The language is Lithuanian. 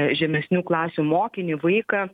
žemesnių klasių mokinį vaiką